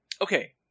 Okay